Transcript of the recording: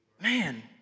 Man